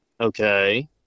okay